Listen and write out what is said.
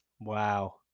Wow